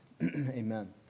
Amen